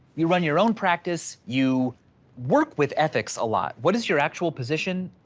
you run your own practice, you work with ethics a lot. what is your actual position?